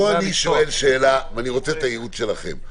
אז פה אני שואל שאלה, ואני רוצה את הייעוץ שלכם.